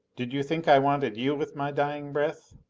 did you think i wanted you with my dying breath?